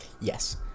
Yes